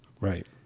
Right